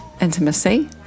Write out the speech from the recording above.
intimacy